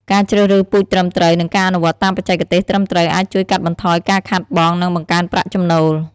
ការជ្រើសរើសពូជត្រឹមត្រូវ និងការអនុវត្តតាមបច្ចេកទេសត្រឹមត្រូវអាចជួយកាត់បន្ថយការខាតបង់ និងបង្កើនប្រាក់ចំណូល។